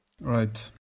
right